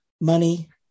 money